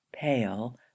pale